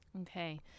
Okay